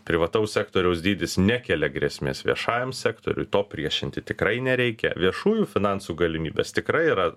privataus sektoriaus dydis nekelia grėsmės viešajam sektoriui to priešinti tikrai nereikia viešųjų finansų galimybės tikrai yra